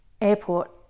airport